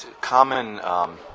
common